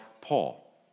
Paul